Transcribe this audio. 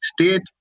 state